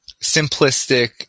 simplistic